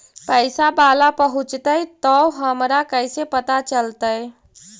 पैसा बाला पहूंचतै तौ हमरा कैसे पता चलतै?